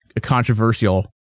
controversial